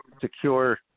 secure